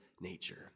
nature